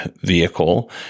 vehicle